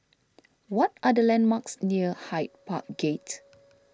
what are the landmarks near Hyde Park Gate